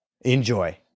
Enjoy